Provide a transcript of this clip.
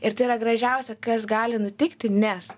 ir tai yra gražiausia kas gali nutikti nes